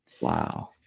Wow